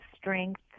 strength